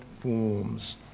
forms